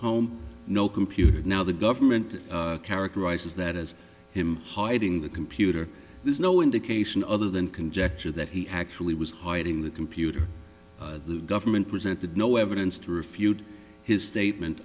home no computers now the government characterizes that as him hiding the computer there's no indication other than conjecture that he actually was hiding the computer the government presented no evidence to refute his statement